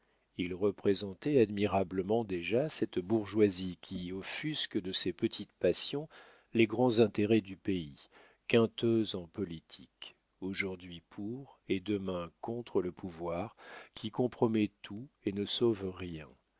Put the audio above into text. il représentait admirablement déjà cette bourgeoisie qui offusque de ses petites passions les grands intérêts du pays quinteuse en politique aujourd'hui pour et demain contre le pouvoir qui compromet tout et ne sauve rien